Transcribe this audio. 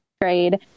grade